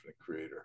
creator